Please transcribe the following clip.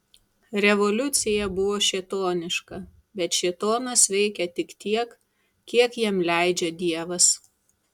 revoliucija buvo šėtoniška bet šėtonas veikia tik tiek kiek jam leidžia dievas